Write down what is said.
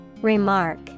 Remark